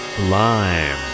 Lime